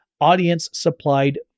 audience-supplied